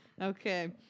Okay